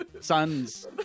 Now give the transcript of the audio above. sons